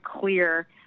clear